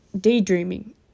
daydreaming